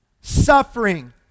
Suffering